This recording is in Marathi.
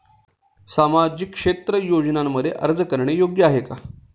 सामाजिक क्षेत्र योजनांमध्ये अर्ज करणे योग्य आहे का?